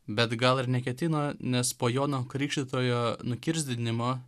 bet gal ir neketino nes po jono krikštytojo nukirsdinimo